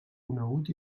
conegut